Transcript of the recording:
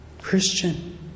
Christian